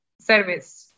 service